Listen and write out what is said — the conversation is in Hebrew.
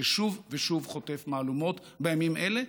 ששוב ושוב חוטף מהלומות בימים אלה,